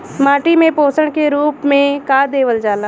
माटी में पोषण के रूप में का देवल जाला?